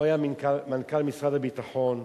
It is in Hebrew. היה מנכ"ל משרד הביטחון,